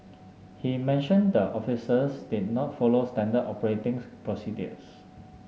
he mentioned the officers did not follow standard operating procedures